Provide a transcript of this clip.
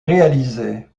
réalisé